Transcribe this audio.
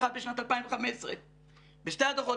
אחד בשנת 2015. בשני הדוחות,